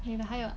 你的还有啊